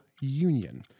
Union